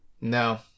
no